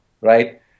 right